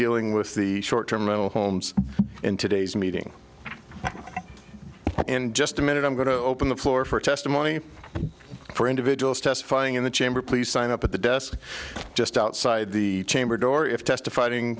dealing with the short term mental homes in today's meeting in just a minute i'm going to open the floor for testimony for individuals testifying in the chamber please sign up at the desk just outside the chamber door if testifying